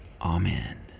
Amen